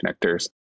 connectors